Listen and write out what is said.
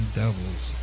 devils